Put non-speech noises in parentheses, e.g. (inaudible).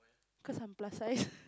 cause I'm plus sized (laughs)